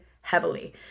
heavily